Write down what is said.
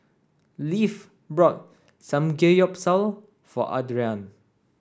Leif brought Samgeyopsal for Adriane